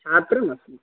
छात्रः नास्मि